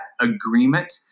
agreement